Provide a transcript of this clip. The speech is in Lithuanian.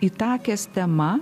itakės tema